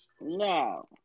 No